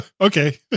Okay